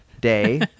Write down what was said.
day